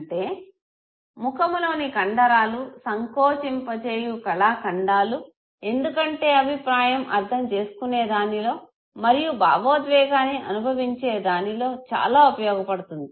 అంటే ముఖములోని కండరాలు సంకోచింపజేయు కళాఖండాలు ఎందుకంటే అభిప్రాయం అర్ధం చేసుకునేదానిలో మరియు భావోద్వేగాన్ని అనుభవించే దానిలో చాలా ఉపయోగపడుతుంది